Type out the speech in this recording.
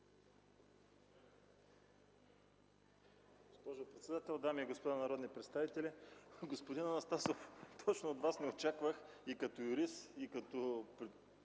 Господин Анастасов, точно от Вас не очаквах като юрист и като председател